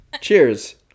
cheers